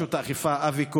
לרשות האכיפה, אבי כהן.